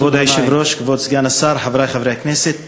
כבוד היושב-ראש, כבוד סגן השר, חברי חברי הכנסת,